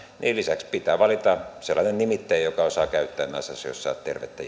niin lisäksi pitää valita sellainen nimittäjä joka osaa käyttää näissä asioissa tervettä